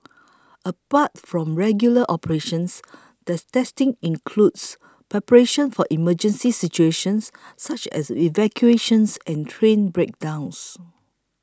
apart from regular operations the testing includes preparation for emergency situations such as evacuations and train breakdowns